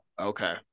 Okay